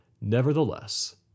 Nevertheless